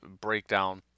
breakdown